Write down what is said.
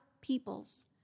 peoples